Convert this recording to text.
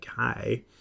Okay